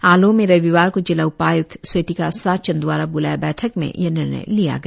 आलो में रविवार को जिला उपाय्क्त स्वेतिका साचन दवारा ब्लाए बैठक में यह निर्णय लिया गया